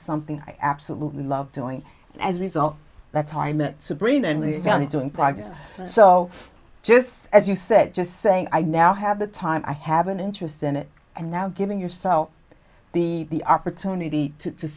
something i absolutely love doing as a result that's how i met sabrina and he found it doing private so just as you said just saying i now have the time i have an interest in it and now giving yourself the opportunity to